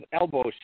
Elbows